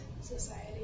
Society